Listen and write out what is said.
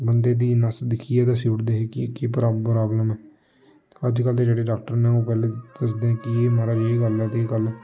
बंदे दी नस दिक्खयै दस्सी ओड़दे हे कि केह् प्राब प्राब्लम ऐ अजकल्ल दे जेह्ड़े डाक्टर न ओह् पैह्लें दसदे कि महाराज एह् गल्ल ऐ ते एह् गल्ल ऐ